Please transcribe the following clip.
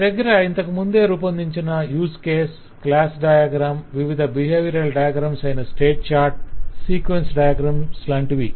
మనదగ్గర ఇంతకుముందే రూపొందించిన యూస్ కేసు క్లాస్ డయాగ్రం వివిధ బిహేవియరల్ డయాగ్రమ్స్ అయిన స్టేట్ చార్ట్ సీక్వెన్స్ డయాగ్రం లాంటివి